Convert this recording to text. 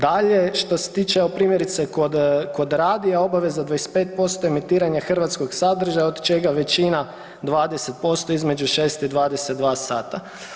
Dalje što se tiče primjerice kod radija obaveza 25% emitiranja hrvatskog sadržaja od čega većina 20% između 6 i 22 sata.